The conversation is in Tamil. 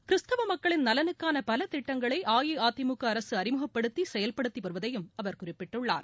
கிறிஸ்தவ மக்களின் நலனுக்கான பல திட்டங்களை அஇஅதிமுக அரசு அறிமுகப்படுத்தி செயல்படுத்தி வருவதையும் அவர் குறிப்பிட்டுள்ளார்